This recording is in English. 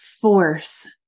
force